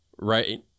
right